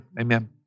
Amen